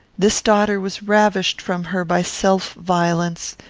this daughter was ravished from her by self-violence,